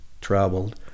traveled